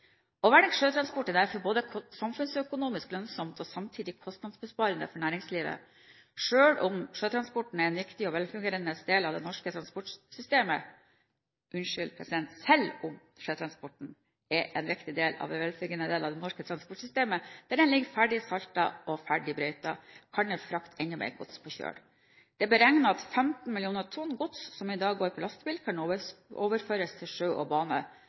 Å velge sjøtransport er derfor samfunnsøkonomisk lønnsomt og samtidig kostnadsbesparende for næringslivet. Selv om sjøtransporten er en viktig og velfungerende del av det norske transportsystemet, kan den, der den ligger ferdig saltet og ferdig brøytet, frakte enda mer gods på kjøl. Det er beregnet at 15 millioner tonn gods som i dag går med lastebil, kan overføres til sjø og bane,